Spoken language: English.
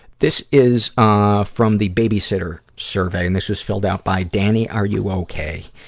this is, ah, from the babysitter survey. and this was filled out by danny, are you okay?